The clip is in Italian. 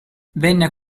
venne